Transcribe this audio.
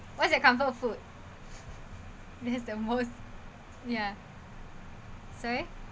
what's your comfort food that's the most ya sorry